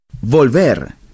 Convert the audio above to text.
Volver